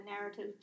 narrative